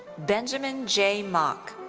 benjamin j. mock.